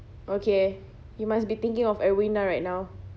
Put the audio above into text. okay you must be thinking of aweena right now